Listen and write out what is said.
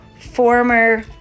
former